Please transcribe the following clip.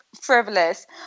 frivolous